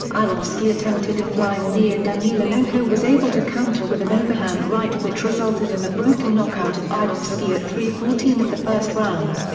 arlovski attempted a flying knee and emelianenko was able to counter with an overhand right which resulted in a brutal knockout of arlovski at three fourteen of the first round.